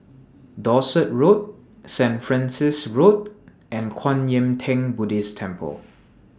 Dorset Road Saint Francis Road and Kwan Yam Theng Buddhist Temple